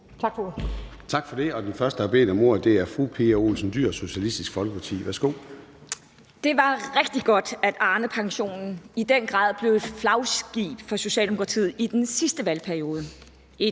Tak for det. Den første, der har bedt om ordet, er fru Pia Olsen Dyhr, Socialistisk Folkeparti. Værsgo. Kl. 13:12 Pia Olsen Dyhr (SF): Det var rigtig godt, at Arnepensionen i den grad blev et flagskib for Socialdemokratiet i den sidste valgperiode